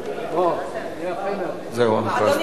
אדוני היושב-ראש,